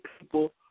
people